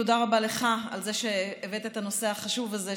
תודה רבה לך על זה שהבאת את הנושא החשוב הזה,